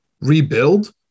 rebuild